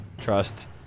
trust